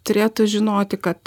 turėtų žinoti kad